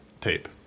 tape